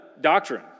doctrine